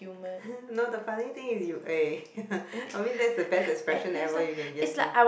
no the funny thing is you eh I mean that's the best expression ever you can just give